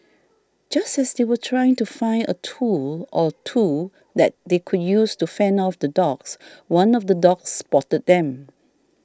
just as they were trying to find a tool or two that they could use to fend off the dogs one of the dogs spotted them